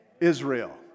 israel